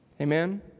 Amen